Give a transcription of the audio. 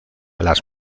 las